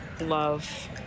love